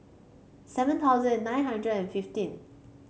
seven thousand nine hundred and fifteen